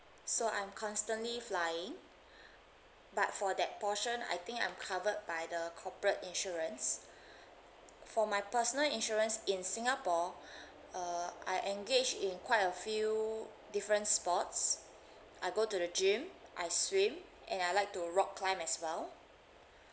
so I'm constantly flying but for that portion I think I'm covered by the corporate insurance for my personal insurance in singapore uh I engage in quite a few different sports I go to the gym I swim and I like to rock climb as well